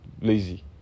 lazy